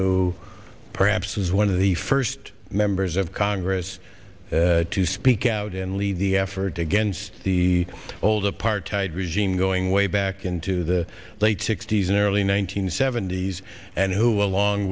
ho perhaps is one of the first members of congress to speak out and lead the effort against the old apartheid regime going way back into the late sixty's and early one nine hundred seventy s and who along